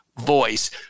voice